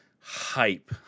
Hype